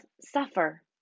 suffer